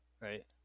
right